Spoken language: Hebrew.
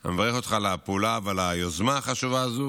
על הפעולה ועל היוזמה החשובה הזאת,